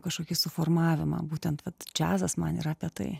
kažkokį suformavimą būtent vat džiazas man yra tatai